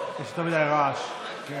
לדבר.